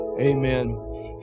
Amen